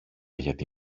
γιατί